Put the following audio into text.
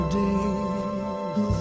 days